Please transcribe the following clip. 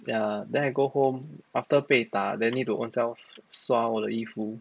ya then I go home after 被打 then need to ownself 刷我的衣服